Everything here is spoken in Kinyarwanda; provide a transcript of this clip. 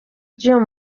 ry’uyu